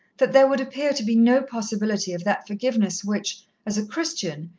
that there would appear to be no possibility of that forgiveness which, as a christian,